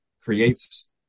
Creates